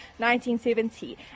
1970